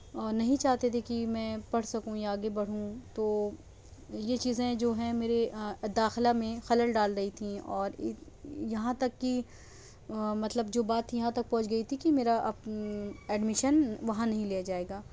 نہیں چاہتے تھے کہ میں پڑھ سکوں یا آگے بڑھوں تو یہ چیزیں جو ہیں میرے داخلہ میں خلل ڈال رہی تھیں اور یہاں تک کہ مطلب جو بات یہاں تک پہنچ گئی تھی کہ میرا ایڈمیشن وہاں نہیں لیا جائے گا